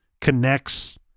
connects